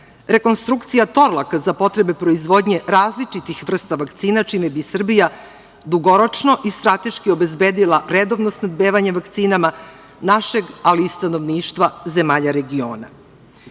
rekonstrukcija Torlaka za potrebe proizvodnje različitih vrsta vakcina, čime bi Srbija dugoročno i strateški obezbedila redovno snabdevanje vakcinama našeg, ali i stanovništva zemalja regiona. Deo